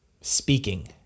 Speaking